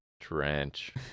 Trench